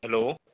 hello